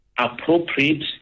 Appropriate